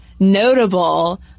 Notable